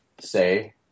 say